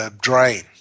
drain